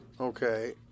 Okay